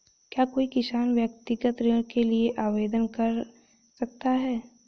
क्या कोई किसान व्यक्तिगत ऋण के लिए आवेदन कर सकता है?